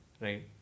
right